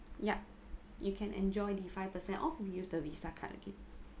ya you can enjoy the five percent off if you use the visa card again